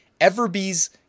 Everbee's